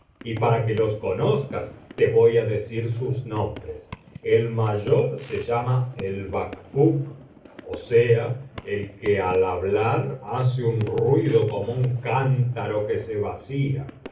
y para que los conozcas te voy á decir sus nombres el mayor se llama el bacbuk ó sea el que al hablar hace un ruido como un cántaro que se vacía el